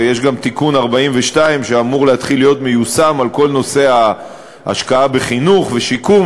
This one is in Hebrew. ויש גם תיקון 42 בכל נושא ההשקעה בחינוך ובשיקום,